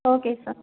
okay sir